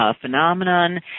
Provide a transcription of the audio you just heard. phenomenon